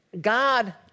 God